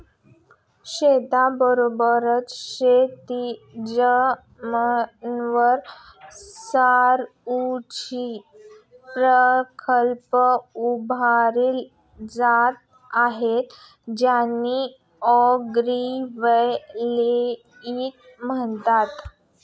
शेतीबरोबरच शेतजमिनीवर सौरऊर्जा प्रकल्प उभारले जात आहेत ज्यांना ॲग्रोव्होल्टेईक म्हणतात